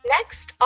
Next